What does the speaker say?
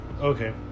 Okay